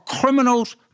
criminals